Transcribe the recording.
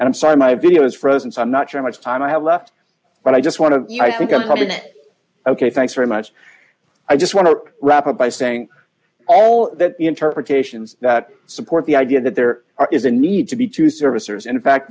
and i'm sorry my video is frozen so i'm not sure how much time i have left but i just want to i think i'm probably ok thanks very much i just want to wrap up by saying all that the interpretations that support the idea that there is a need to be to servicers in fact